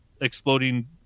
exploding